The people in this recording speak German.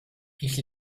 ich